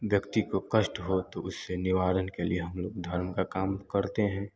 व्यक्ति को कष्ट हो तो उससे निवारण के लिए हम लोग धर्म का काम करते हैं